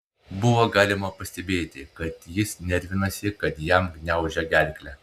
buvo galima pastebėti kad jis nervinasi kad jam gniaužia gerklę